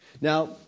Now